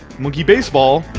monkey baseball